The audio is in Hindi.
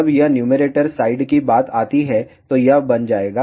जब यह न्यूमैरेटर साइड की बात आती है तो यह बन जाएगा